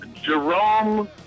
Jerome